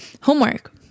homework